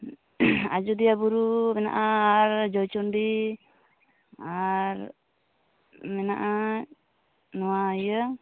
ᱟᱡᱚᱫᱤᱭᱟᱹ ᱵᱩᱨᱩ ᱢᱮᱱᱟᱜᱼᱟ ᱟᱨ ᱡᱚᱭᱪᱚᱱᱰᱤ ᱟᱨ ᱢᱟᱱᱮᱜᱼᱟ ᱱᱚᱣᱟ ᱤᱭᱟᱹ